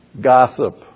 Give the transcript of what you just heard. Gossip